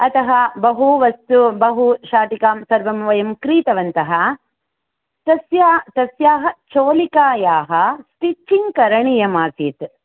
अतः बहु वस्तु बहु शाटिकां सर्वं वयं क्रीतवन्तः तस्य तस्याः चोलिकायाः स्टिचिङ्ग् करणीयमासीत्